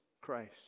Christ